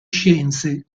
scienze